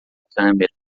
câmera